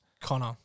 Connor